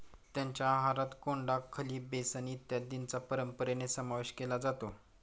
त्यांच्या आहारात कोंडा, खली, बेसन इत्यादींचा परंपरेने समावेश केला जातो